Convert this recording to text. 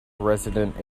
resident